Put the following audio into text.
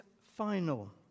final